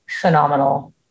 phenomenal